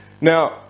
Now